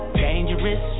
dangerous